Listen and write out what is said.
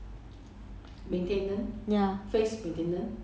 I so lazy leh I don't have I always very lazy to do